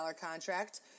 contract